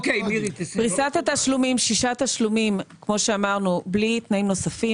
פריסת שישה התשלומים בלי תנאים נוספים.